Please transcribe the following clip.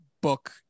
book